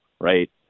right